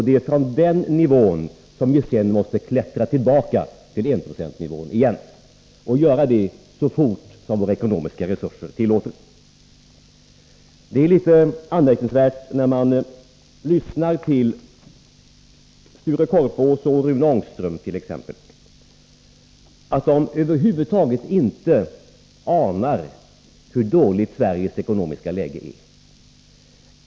Det är från den nivån vi sedan måste klättra tillbaka till enprocentsnivån igen, och göra det så fort som våra ekonomiska resurser tillåter. Det är litet anmärkningsvärt att t.ex. Sture Korpås och Rune Ångström över huvud taget inte anar hur dåligt Sveriges ekonomiska läge är.